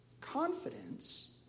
Confidence